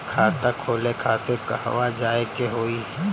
खाता खोले खातिर कहवा जाए के होइ?